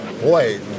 Boy